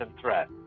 threat